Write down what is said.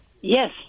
Yes